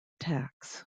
tax